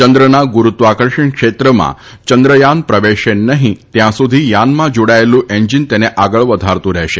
ચંદ્રના ગુરૂત્વાકર્ષણ ક્ષેત્રમાં ચંદ્રયાન પ્રવેશે નઠીત્યાં સુધી યાનમાં જાડાયેલુ એન્જીન તેને આગળ વધારતું રહેશે